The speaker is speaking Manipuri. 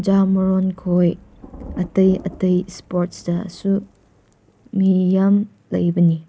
ꯖꯥꯃꯔꯣꯟꯈꯣꯏ ꯑꯇꯩ ꯑꯇꯩ ꯏꯁꯄꯣꯔꯠꯁꯇꯁꯨ ꯃꯤ ꯌꯥꯝ ꯂꯩꯕꯅꯤ